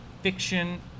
fiction